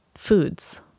Foods